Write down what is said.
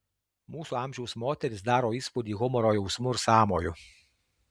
mūsų amžiaus moteris daro įspūdį humoro jausmu ir sąmoju